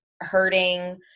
Hurting